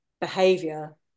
behavior